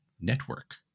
network